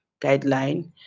guideline